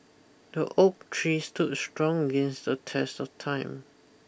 the oak tree stood strong against the test of time